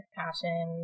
passion